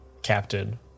captain